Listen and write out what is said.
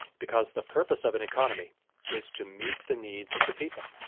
because the purpose of an economy is to meet the needs of the people.